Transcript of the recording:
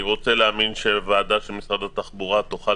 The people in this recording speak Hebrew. אני רוצה להאמין שהוועדה של משרד התחבורה תוכל